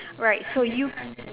right so you